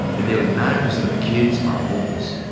and nearly nine percent of the kids are homeless.